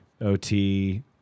OT